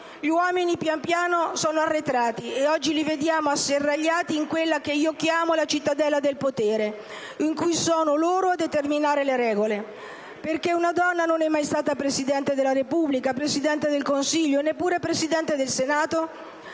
Gli uomini pian piano sono arretrati e oggi li vediamo asserragliati in quella che io chiamo la cittadella del potere, in cui sono loro a determinare le regole. Perché una donna non è mai stata Presidente della Repubblica, Presidente del Consiglio e neppure Presidente del Senato?